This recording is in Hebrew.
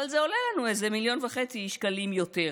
אבל זה עולה לנו איזה מיליון וחצי שקלים יותר,